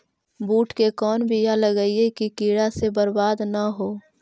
बुंट के कौन बियाह लगइयै कि कीड़ा से बरबाद न हो?